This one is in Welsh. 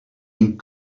ein